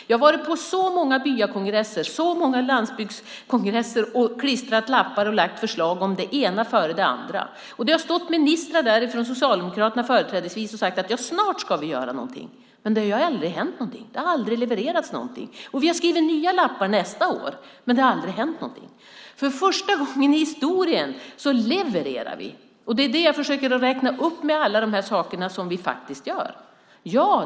Jag har varit på många byakongresser och landsbygdskongresser och klistrat upp lappar och lagt fram förslag om det ena efter det andra. Ministrar, företrädesvis från Socialdemokraterna, har sagt att snart ska vi göra något. Det har aldrig hänt något. Det har aldrig levererats något. Vi har skrivit nya lappar nästa år, men det har aldrig hänt något. För första gången i historien levererar vi. Det är det jag försöker visa genom att räkna upp allt det som vi faktiskt gör.